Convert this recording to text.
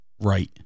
right